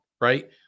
right